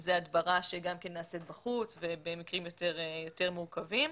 זה הדברה שנעשית בחוץ ובמקרים יותר מורכבים.